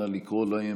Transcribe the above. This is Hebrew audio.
אנא, לקרוא להם,